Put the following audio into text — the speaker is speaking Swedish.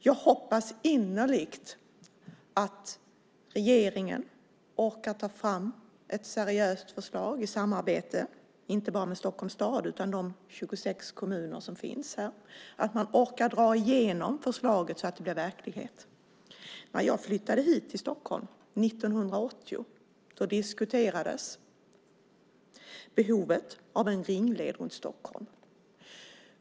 Jag hoppas innerligt att regeringen orkar ta fram ett seriöst förslag i samarbete inte bara med Stockholms stad utan med de 26 kommuner som finns, att de orkar dra igenom förslaget så att det blir verklighet. När jag 1980 flyttade till Stockholm diskuterades behovet av en ringled runt staden.